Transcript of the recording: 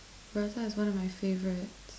burrata is one of my favourites